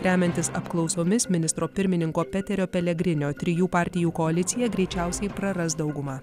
remiantis apklausomis ministro pirmininko peterio pelegrinio trijų partijų koalicija greičiausiai praras daugumą